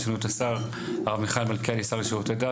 יש לנו את השר הרב מיכאל מלכיאלי השר לשירותי דת,